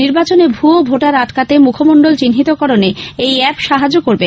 নির্বাচনে ভুয়ো ভোটার আটকাতে মুখমন্ডল চিহ্নিতকরণ এই অ্যাপ সাহায্য করবে